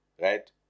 right